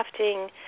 crafting